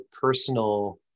personal